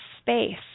space